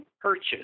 purchase